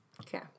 Okay